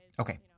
Okay